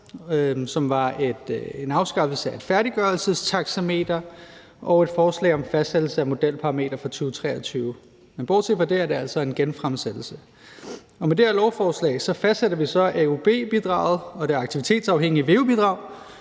som var en afskaffelse af et færdiggørelsestaxameter og et forslag om fastsættelse af et modelparameter for 2023. Men bortset fra det er det altså en genfremsættelse. Med det her lovforslag fastsætter vi så AUB-bidraget og det aktivitetsafhængige veu-bidrag,